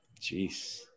Jeez